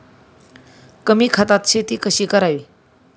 कमी खतात शेती कशी करावी?